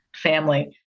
family